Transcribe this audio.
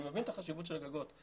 אני מבין את החשיבות של הגגות.